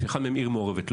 שאחד מהם עיר מעורבת,